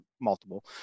multiple